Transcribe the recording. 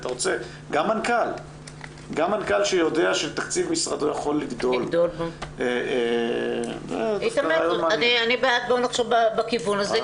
גם מנכ"ל שיודע שתקציב משרדו יכול לגדול אני בעד שנחשוב בכיוון הזה,